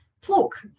talk